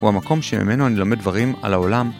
הוא המקום שממנו אני לומד דברים על העולם.